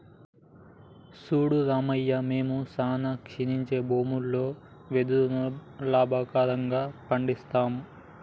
సూడు రామయ్య మేము సానా క్షీణించి భూములలో వెదురును లాభకరంగా పండిస్తాము